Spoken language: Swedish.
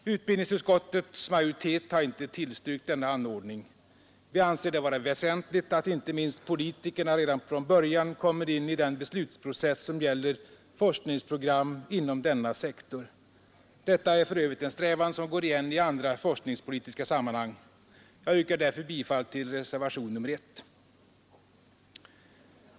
Utbildningsutskottets majoritet har inte tillstyrkt denna anordning. Vi anser det vara väsentligt att inte minst politikerna redan från början kommer in i den beslutsprocess som gäller forskningsprogram inom denna sektor. Detta är för övrigt en strävan som går igen i andra forskningspolitiska sammanhang. Jag yrkar därför bifall till reservationen 1.